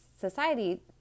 society